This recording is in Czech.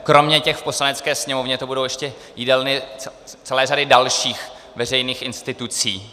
Kromě těch v Poslanecké sněmovně to budou ještě jídelny celé řady dalších veřejných institucí.